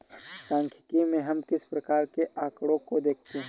सांख्यिकी में हम किस प्रकार के आकड़ों को देखते हैं?